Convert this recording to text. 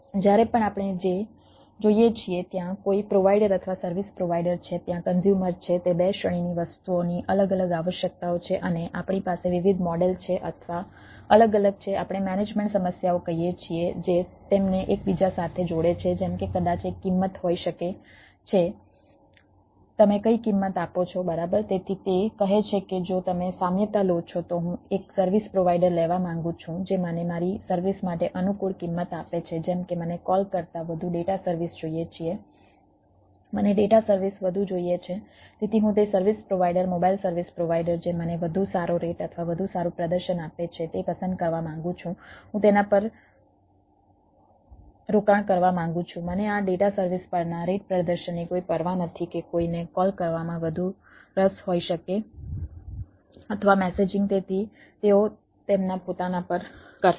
જ્યારે પણ આપણે જે જોઈએ છીએ ત્યાં કોઈ પ્રોવાઈડર અથવા સર્વિસ પ્રોવાઈડર છે ત્યાં કન્ઝ્યુમર તેથી તેઓ તેમના પોતાના પર કરશે